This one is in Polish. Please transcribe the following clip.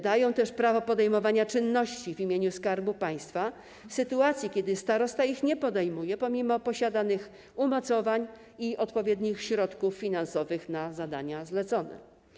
Dają też prawo podejmowania czynności w imieniu Skarbu Państwa w sytuacji, kiedy starosta ich nie podejmuje pomimo posiadanych umocowań i odpowiednich środków finansowych na zadania zlecone.